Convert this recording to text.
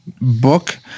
book